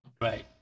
Right